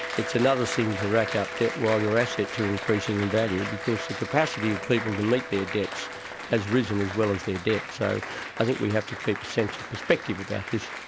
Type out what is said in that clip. it's another thing to rack up debt while your assets are increasing in value because the capacity of people to meet their debts has risen as well as their debt, so i think we have to keep a sense of perspective about this.